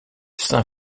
saint